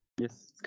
Yes